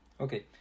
Okay